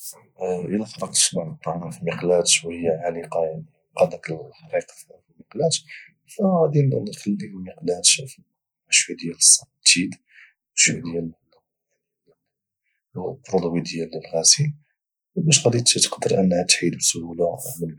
إلى حرقت بعض الطعام في المقلاة شوية عالقة يعني بقا داك الحريق في المقلاة فغادي نخلي المقلاة في الما مع شوية ديال التيد او شوية ديال البرودوي ديال الغسيل باش غادي تقدر تحيد بسهولة من بعد